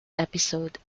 episode